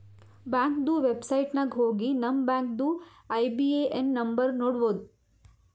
ಬ್ಯಾಂಕ್ದು ವೆಬ್ಸೈಟ್ ನಾಗ್ ಹೋಗಿ ನಮ್ ಬ್ಯಾಂಕ್ದು ಐ.ಬಿ.ಎ.ಎನ್ ನಂಬರ್ ನೋಡ್ಬೋದ್